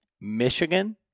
michigan